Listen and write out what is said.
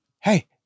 hey